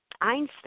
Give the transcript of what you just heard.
Einstein